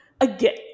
again